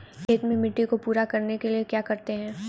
खेत में मिट्टी को पूरा करने के लिए क्या करते हैं?